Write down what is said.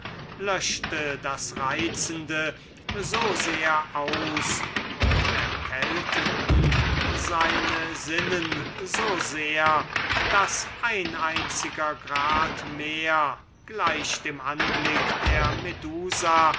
löschte das reizende so sehr aus und erkaltete seine sinnen so sehr daß ein größerer grad davon gleich dem anblick der